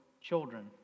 children